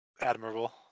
Admirable